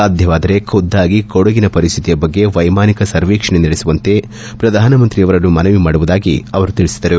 ಸಾಧ್ಯವಾದರೆ ಖುದ್ಗಾಗಿ ಕೊಡಗಿನ ಪರಿಸ್ತಿತಿಯ ಬಗ್ಗೆ ವೈಮಾನಿಕ ಸರ್ವೆಕ್ಷಣೆ ನಡೆಸುವಂತೆ ಪ್ರಧಾನಮಂತ್ರಿಯನ್ನು ಮನವಿ ಮಾಡುವುದಾಗಿ ತಿಳಿಸಿದರು